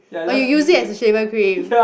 oh you use it as a shaver cream